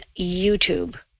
YouTube